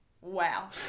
wow